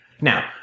now